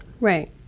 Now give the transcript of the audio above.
right